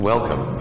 Welcome